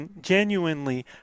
Genuinely